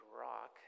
rock